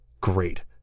great